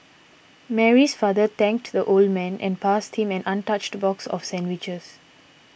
Mary's father thanked the old man and passed him an untouched box of sandwiches